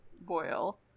boil